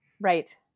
Right